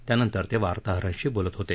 त्यानंतर ते वार्ताहरांशी बोलत होते